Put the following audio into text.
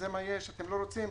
זה מה יש, אתם לא רוצים?